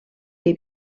que